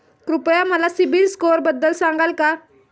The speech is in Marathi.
कृपया मला सीबील स्कोअरबद्दल सांगाल का?